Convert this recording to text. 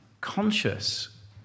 conscious